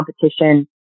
competition